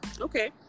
okay